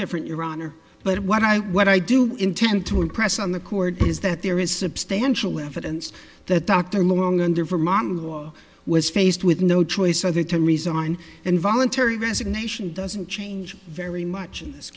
different your honor but what i what i do intend to impress on the court is that there is substantial evidence that dr long under vermont was faced with no choice either to resign and voluntary resignation doesn't change very much in this